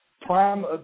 prime